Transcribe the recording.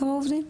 כמה עובדים?